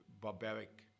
barbaric